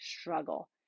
struggle